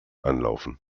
anlaufen